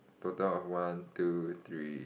total of one two three